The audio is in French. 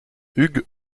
hugues